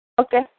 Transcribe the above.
okay